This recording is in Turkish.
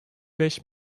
beş